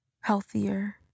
healthier